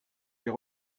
j’ai